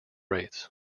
rates